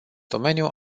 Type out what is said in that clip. domeniu